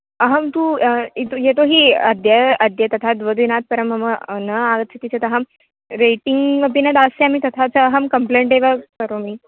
अहं तु यत् यतोहि अद्य अद्य तथा द्विदिनात् परं मम न आगच्छति चेत् अहं रेटिङ्ग् अपि न दास्यामि तथा च अहं कम्प्लेण्ट् एव करोमि